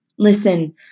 Listen